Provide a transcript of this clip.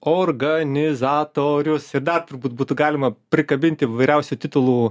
organizatorius ir dar turbūt būtų galima prikabinti įvairiausių titulų